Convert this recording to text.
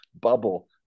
bubble